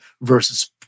versus